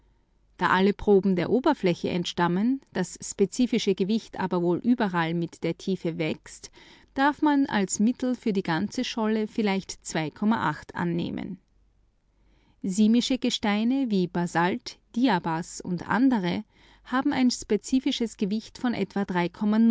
da alle proben der oberfläche entstammen das spezifische gewicht aber wohl überall mit der tiefe wächst darf man als mittel für die ganze scholle vielleicht zwei acht annehmen simische gesteine wie basalt diabas melaphyr gabbro olivinfels andesit porphyrit diorit und andere haben ein spezifisches gewicht von etwa